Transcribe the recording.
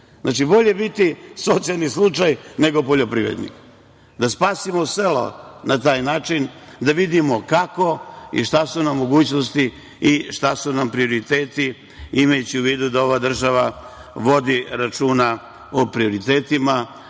Znači, bolje biti socijalni slučaj nego poljoprivrednik. Da spasimo sela na taj način, da vidimo kako i šta su nam mogućnosti i šta su nam prioriteti, imajući u vidu da ova država vodi računa o prioritetima